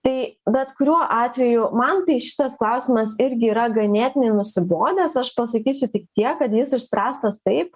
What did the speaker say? tai bet kuriuo atveju man tai šitas klausimas irgi yra ganėtinai nusibodęs aš pasakysiu tik tiek kad jis išspręstas taip